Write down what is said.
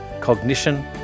cognition